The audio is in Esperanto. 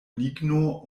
ligno